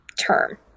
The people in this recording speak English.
term